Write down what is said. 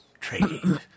trading